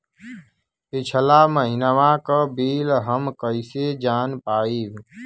पिछला महिनवा क बिल हम कईसे जान पाइब?